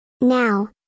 Now